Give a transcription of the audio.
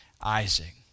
Isaac